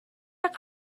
اگر